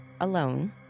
alone